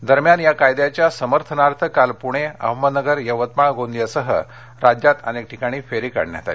अहमदनगर यवतमाळ गोंदिया दरम्यान या कायद्याच्या समर्थनार्थ काल पुणे अहमदनगर यवतमाळ गोंदियासह राज्यात अनेक ठिकाणी फेरी काढण्यात आली